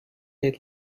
they